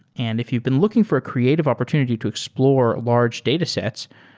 and if you've been looking for a creative opportunity to explore large datasets,